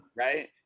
right